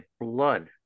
blood